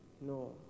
No